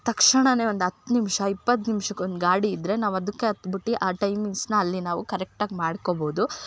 ತಕ್ಷಣ ಒಂದು ಹತ್ತು ನಿಮಿಷ ಇಪ್ಪತ್ತು ನಿಮಿಷಕ್ಕೊಂದ್ ಗಾಡಿ ಇದ್ರೆ ನಾವು ಅದಕ್ಕೆ ಹತ್ಬಿಟ್ಟು ಆ ಟೈಮಿಂಗ್ಸನ ಅಲ್ಲಿ ನಾವು ಕರೆಟ್ಟಾಗಿ ಮಾಡ್ಕೊಬೋದು